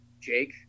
Jake